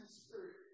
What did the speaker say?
spirit